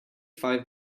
five